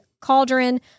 cauldron